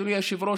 אדוני היושב-ראש,